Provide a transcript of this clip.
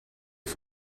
for